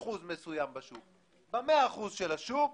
ומפעל הר-טוב כישלוני וממילא יש לו בעיה שהוא ללא השקעות,